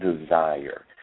desire